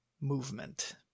movement